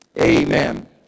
Amen